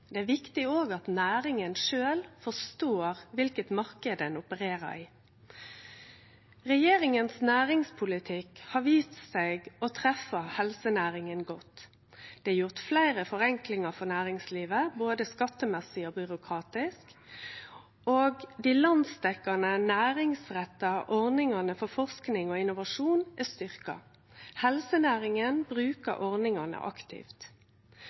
er òg viktig at næringa sjølv forstår kva marknad ho opererer i. Næringspolitikken til regjeringa har vist seg å treffe helsenæringa godt. Det er gjort fleire forenklingar for næringslivet både skattemessig og byråkratisk, og dei landsdekkjande næringsretta ordningane for forsking og innovasjon er styrkte. Helsenæringa bruker ordningane aktivt.